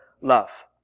love